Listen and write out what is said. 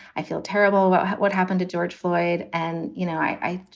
i feel terrible about what happened to george floyd. and, you know, i,